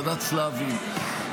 ועדת סלבין,